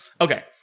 Okay